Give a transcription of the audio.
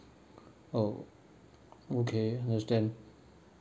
oh okay understand